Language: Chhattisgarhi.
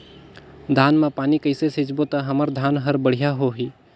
धान मा पानी कइसे सिंचबो ता हमर धन हर बढ़िया होही?